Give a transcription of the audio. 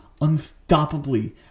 unstoppably